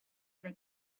they